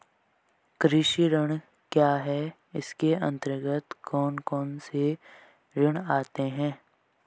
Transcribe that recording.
कृषि ऋण क्या है इसके अन्तर्गत कौन कौनसे ऋण आते हैं?